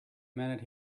minute